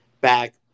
back